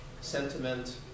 sentiment